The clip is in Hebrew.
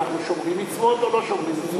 אנחנו שומרים מצוות או לא שומרים מצוות.